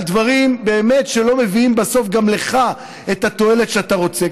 דברים שלא מביאים בסוף גם לך את התועלת שאתה רוצה,